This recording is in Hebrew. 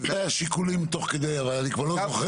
זה היה שיקולים תוך כדי אני כבר לא זוכר,